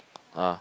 ah